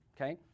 okay